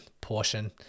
portion